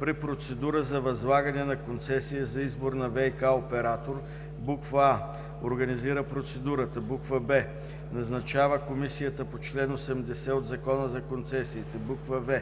При процедура за възлагане на концесия за избор на ВиК оператор: а) организира процедурата; б) назначава комисията по чл. 80 от Закона за концесиите; в)